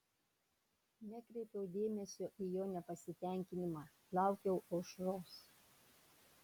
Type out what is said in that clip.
nekreipiau dėmesio į jo nepasitenkinimą laukiau aušros